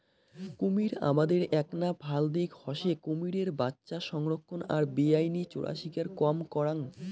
কুমীর আবাদের এ্যাকনা ভাল দিক হসে কুমীরের বাচ্চা সংরক্ষণ আর বেআইনি চোরাশিকার কম করাং